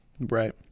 Right